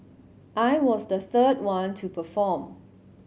I was the third one to perform